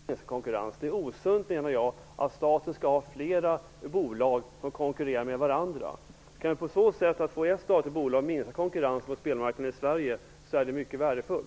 Herr talman! Jag vidhåller att det är viktigt att vi får minskad konkurrens. Det är osunt, menar jag, att staten skall ha flera bolag som konkurrerar med varandra. Kan vi genom att få ett statligt bolag minska konkurrensen på spelmarknaden i Sverige så är det mycket värdefullt.